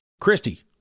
Christy